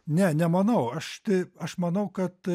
ne nemanau aš tik aš manau kad